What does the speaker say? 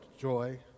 joy